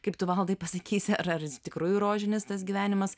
kaip tu valdai pasakysi ar ar iš tikrųjų rožinis tas gyvenimas